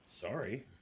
Sorry